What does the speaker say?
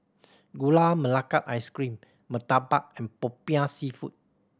Gula Melaka Ice Cream murtabak and Popiah Seafood